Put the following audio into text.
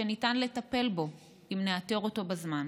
שניתן לטפל בו אם נאתר אותו בזמן.